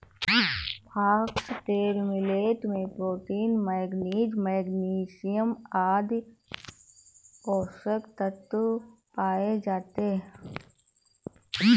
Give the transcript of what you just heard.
foxtail millet में protein, manganese, magnesium आदि पोषक तत्व पाए जाते है